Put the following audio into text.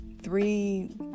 three